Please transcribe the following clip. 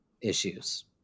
issues